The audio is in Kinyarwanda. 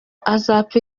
azapfa